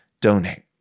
donate